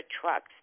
trucks